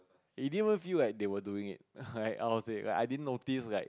it didn't even feel like they were doing it like I was eh I didn't notice like